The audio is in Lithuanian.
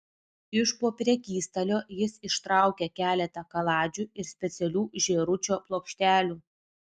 iš po prekystalio jis ištraukė keletą kaladžių ir specialių žėručio plokštelių